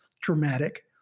dramatic